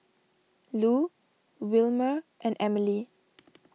Lu Wilmer and Emely